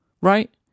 right